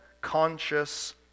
conscious